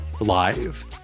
live